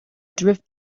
drift